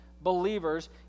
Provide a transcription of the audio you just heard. believers